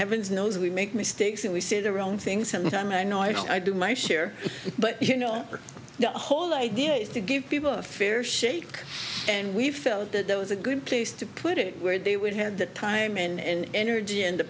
heavens knows we make mistakes and we see the wrong things sometimes i know i know i do my share but you know the whole idea is to give people a fair shake and we felt that that was a good place to put it where they would have the time and energy and the